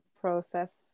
process